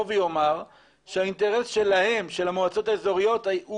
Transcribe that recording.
ויאמר שהאינטרס של המועצות האזוריות הוא